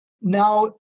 Now